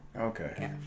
okay